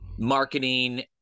marketing